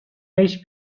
beş